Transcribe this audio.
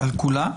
על כולה?